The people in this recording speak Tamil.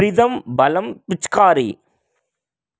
ப்ரீதம் பலம் பிச்காரி